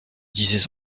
disais